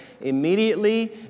Immediately